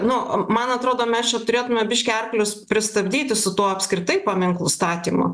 nu man atrodo mes čia turėtume biškį arklius pristabdyti su tuo apskritai paminklų statymu